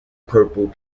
purple